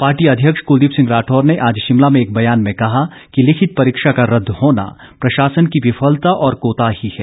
party अध्यक्ष कुलदीप सिंह राठौर ने आज शिमला में एक ब्यान में कहा कि लिखित परीक्षा का रद्द होना प्रशासन की विफलता और कोताही है